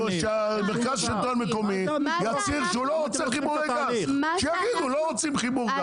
שמרכז השלטון המקומי יצהיר שהוא לא רוצה חיבור לגז ונגמר הסיפור.